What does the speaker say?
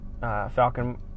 Falcon